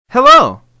Hello